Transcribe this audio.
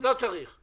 לא צריך.